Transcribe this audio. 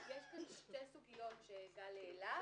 יש כאן שתי סוגיות שגל פרויקט העלה,